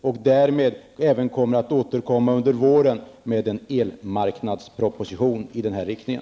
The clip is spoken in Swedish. Under våren återkommer vi med en elmarknadsproposition i den här riktningen.